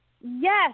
Yes